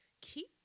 Keep